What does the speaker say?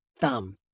thumb